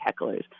hecklers